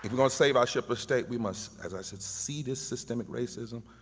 gonna save our ship of state, we must as i said see this systemic racism.